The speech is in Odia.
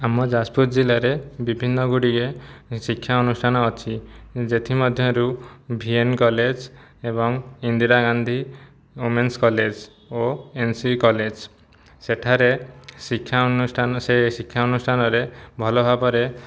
ଆମ ଯାଜପୁର ଜିଲ୍ଲାରେ ବିଭିନ୍ନ ଗୁଡ଼ିଏ ଶିକ୍ଷା ଅନୁଷ୍ଠାନ ଅଛି ସେଥିମଧ୍ୟରୁ ଭି ଏନ୍ କଲେଜ ଏବଂ ଇନ୍ଦିରାଗାନ୍ଧୀ ଓମେନ୍ସ କଲେଜ ଓ ଏନ୍ ସି ବି କଲେଜ ସେଠାରେ ଶିକ୍ଷା ଅନୁଷ୍ଠାନ ସେ ଶିକ୍ଷା ଅନୁଷ୍ଠାନରେ ଭଲ ଭାବରେ